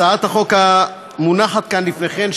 הצעת החוק שמונחת כאן בפניכם,